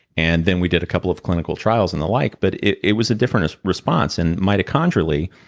and then we did a couple of clinical trials, and the like. but it it was a different response and mitochondrially,